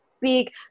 big